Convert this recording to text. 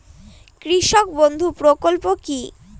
কৃষক বন্ধু প্রকল্প কি?